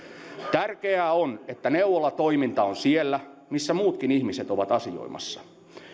tärkeää on että neuvolatoiminta on siellä missä muutkin ihmiset ovat asioimassa